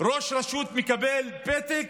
ראש רשות מקבל פתק